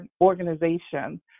organization